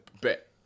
bet